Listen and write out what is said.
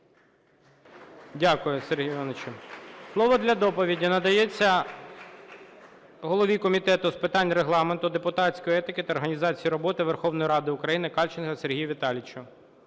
Дякую, Сергію Івановичу. Слово для доповіді надається голові Комітету з питань Регламенту, депутатської етики та організації роботи Верховної Ради України Кальченку Сергію Віталійовичу.